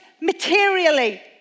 materially